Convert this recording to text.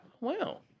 Wow